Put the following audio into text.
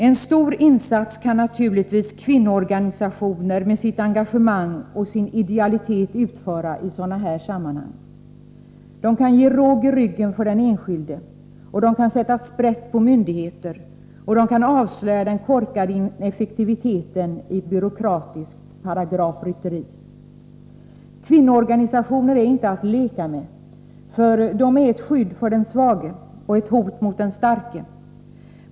En stor insats kan naturligtvis kvinnoorganisationerna med sitt engagemang och sin idealitet utföra i sådana här sammanhang. De kan ge den enskilde råg i ryggen, de kan sätta sprätt på myndigheter och de kan avslöja den korkade ineffektiviteten i byråkratiskt paragrafrytteri. Kvinnoorganisationer är inte att leka med, för de är ett skydd för den svage och ett hot mot den starke.